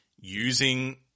using